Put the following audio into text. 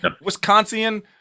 wisconsin